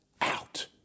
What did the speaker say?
out